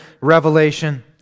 revelation